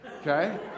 Okay